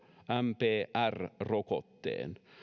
mpr rokotteen